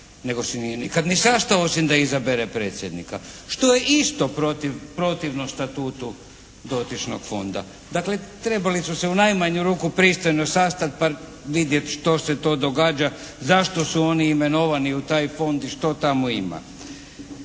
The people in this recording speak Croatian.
nego se nikad nije ni sastao osim da izabere predsjednika što je isto protivno statutu dotičnog fonda. Dakle, trebali su se u najmanju ruku pristojno sastati pa vidjeti što se to događa, zašto su oni imenovani u taj fond i što tamo ima.